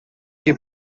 que